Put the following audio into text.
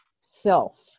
self